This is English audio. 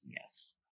Yes